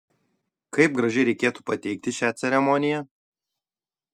kaip gražiai reikėtų pateikti šią ceremoniją